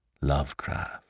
Lovecraft